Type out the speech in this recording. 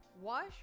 wash